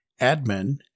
admin